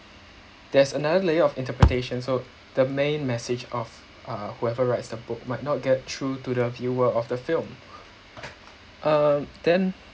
there's another layer of interpretation so the main message of uh whoever writes the book might not get through to the viewer of the film uh then